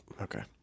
Okay